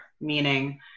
meaning